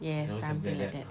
yes something like that